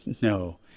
No